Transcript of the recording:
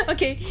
Okay